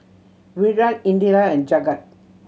Virat Indira and Jagat